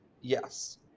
yes